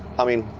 i mean,